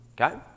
Okay